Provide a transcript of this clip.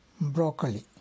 Broccoli